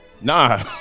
Nah